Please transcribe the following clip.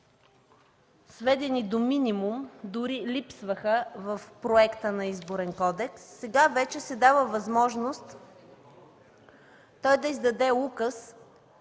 сведени до минимум, дори липсваха в проекта за Изборен кодекс. Сега вече се дава възможност той да издаде указ